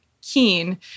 keen